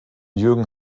jürgen